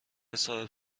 صاحب